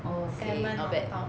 oh okay not bad